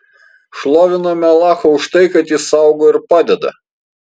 šloviname alachą už tai kad jis saugo ir padeda